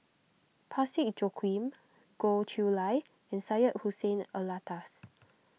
Parsick Joaquim Goh Chiew Lye and Syed Hussein Alatas